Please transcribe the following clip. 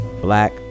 Black